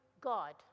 God